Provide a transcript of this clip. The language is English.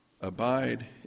abide